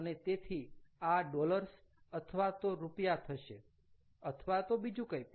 અને તેથી આ ડોલર્સ અથવા તો રૂપિયા થશે અથવા તો બીજું કંઈ પણ